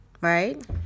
right